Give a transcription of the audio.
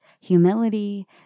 humility